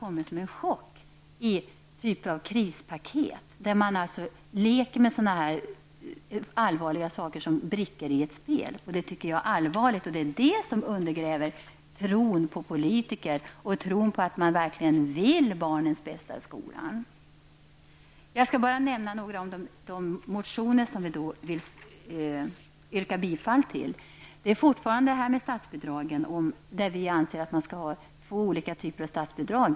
I det framlagda chockartade krispaketet leker man med dessa allvarliga saker som brickor i ett spel, och det tycker jag är allvarligt. Det undergräver tron på politiker och tron på att de verkligen vill barnens bästa i skolan. Jag skall säga några ord om de förslag som vi fortfarande yrkar bifall till. Vi anser att vi skall ha två olika typer av statsbidrag.